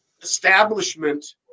establishment